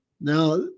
Now